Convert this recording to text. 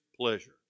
pleasure